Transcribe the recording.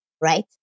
Right